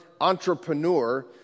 entrepreneur